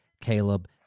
Caleb